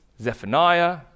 Zephaniah